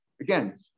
Again